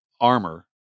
armor